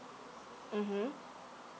mm